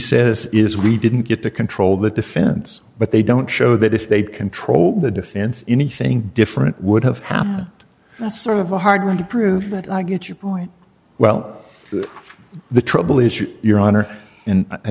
says is we didn't get to control the defense but they don't show that if they'd control the defense anything different would have happened a sort of a hard one to prove that i get your point well the trouble is you your honor and i